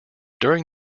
during